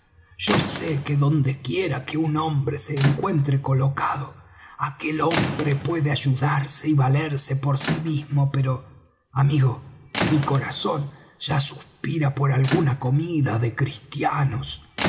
yo sé que donde quiera que un hombre se encuentre colocado aquel hombre puede ayudarse y valerse por sí mismo pero amigo mi corazón ya suspira por alguna comida de cristianos